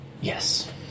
Yes